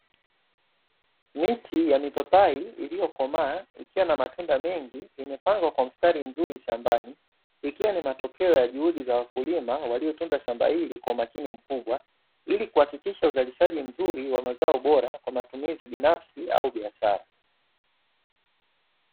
Miti ya mipapai iliyokomaa ikiwa na matunda mengi imepangwa kwa mstari mzuri shambani, ikiwa ni matokeo ya juhudi za wakulima waliotunda shamba hili kwa makini mkubwa ili kuhakikisha uzalishaji mzuri wa mazao bora kwa matumizi binafsi au biashara.